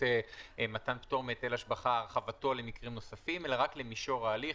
למתן פטור מהיטל השבחה והרחבתו למקרים נוספים אלא רק למישור ההליך.